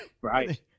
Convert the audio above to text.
right